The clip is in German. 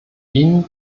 ihnen